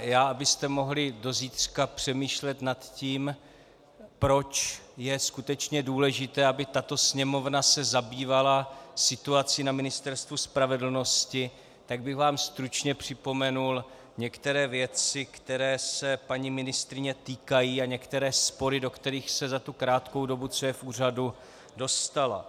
Abyste mohli do zítřka přemýšlet nad tím, proč je skutečně důležité, aby se tato Sněmovna zabývala situací na Ministerstvu spravedlnosti, tak bych vám stručně připomenul některé věci, které se paní ministryně týkají, a některé spory, do kterých se za krátkou dobu co je v úřadu, dostala.